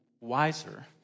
wiser